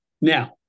Now